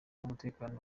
umutekano